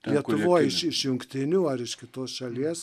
lietuvoj iš iš jungtinių ar iš kitos šalies